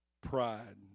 pride